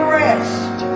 rest